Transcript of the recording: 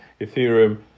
ethereum